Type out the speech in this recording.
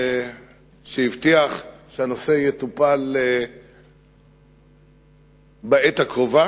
שהבטיח שהנושא יטופל בעת הקרובה.